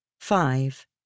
Five